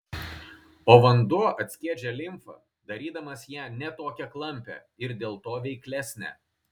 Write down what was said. o vanduo atskiedžia limfą darydamas ją ne tokią klampią ir dėl to veiklesnę